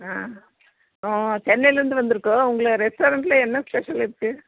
ஆ சென்னையிலேந்து வந்திருக்கோம் உங்களை ரெஸ்டாரண்ட்ல என்ன ஸ்பெஷல் இருக்குது